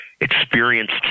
experienced